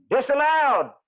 disallowed